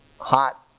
hot